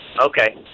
Okay